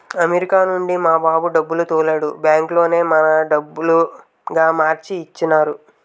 America నుంచి మా బాబు డబ్బులు తోలాడు బ్యాంకులోనే మన డబ్బులుగా మార్చి ఇచ్చినారు